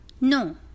No